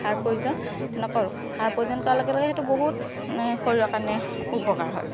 সাৰ প্ৰয়োজন নকৰোঁ সাৰ প্ৰয়োজন কৰাৰ লগে লগে সেইটো বহুত শৰীৰৰ কাৰণে উপকাৰ হয়